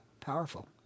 powerful